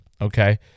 Okay